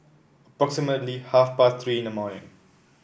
approximately half past Three in the morning